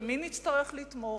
במי נצטרך לתמוך,